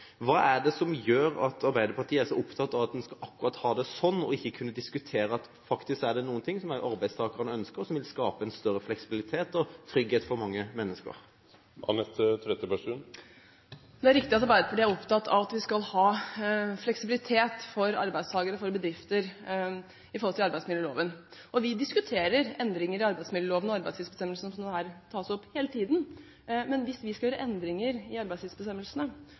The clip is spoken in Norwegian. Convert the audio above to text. Hva er det som gjør at Arbeiderpartiet er så opptatt av at en skal ha det akkurat sånn, og ikke kan diskutere at dette faktisk er noe som arbeidstakerne ønsker, og som vil skape større fleksibilitet og trygghet for mange mennesker? Det er riktig at Arbeiderpartiet er opptatt av at vi skal ha fleksibilitet for arbeidstakere og bedrifter i forhold til arbeidsmiljøloven. Vi diskuterer hele tiden endringer i arbeidsmiljøloven og arbeidstidsbestemmelsene, som her tas opp. Men hvis vi skal gjøre endringer i arbeidstidsbestemmelsene,